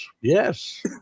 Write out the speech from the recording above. yes